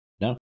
No